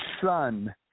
son